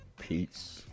peace